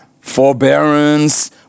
forbearance